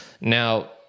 now